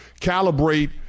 calibrate